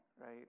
right